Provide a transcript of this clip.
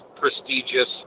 prestigious